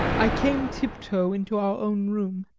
i came tiptoe into our own room,